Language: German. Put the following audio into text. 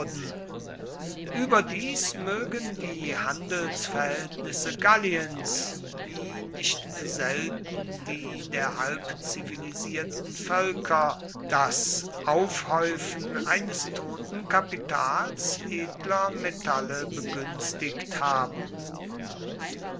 überdies mögen die handelsverhältnisse galliens wie nicht selten die der halbzivilisierten völker das aufhäufen eines toten kapitals edler metalle begünstigt haben